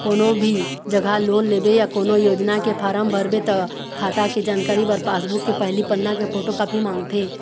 कोनो भी जघा लोन लेबे या कोनो योजना के फारम भरबे त खाता के जानकारी बर पासबूक के पहिली पन्ना के फोटोकापी मांगथे